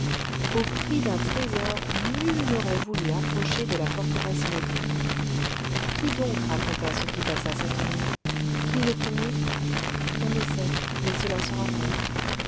au prix d'un trésor nul n'aurait voulu approcher de la forteresse maudite qui donc raconta ce qui s'y passa cette nuit qui le premier on ne sait mais cela se raconte